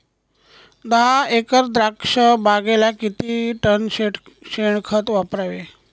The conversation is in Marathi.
दहा एकर द्राक्षबागेला किती टन शेणखत वापरावे?